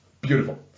Beautiful